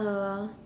uh